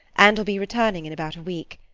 and will be returning in about a week.